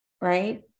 right